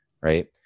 right